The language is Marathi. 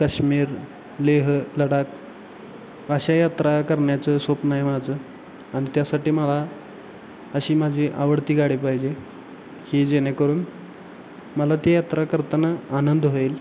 कश्मीर लेह लडाख अशा यात्रा करण्याचं स्वप्न आहे माझं आणि त्यासाठी मला अशी माझी आवडती गाडी पाहिजे की जेणेकरून मला ती यात्रा करताना आनंद होईल